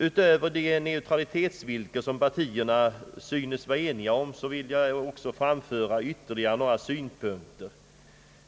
Utöver det neutralitetsvillkor som partierna synes vara eniga om vill jag också framföra ytterligare några synpunkter.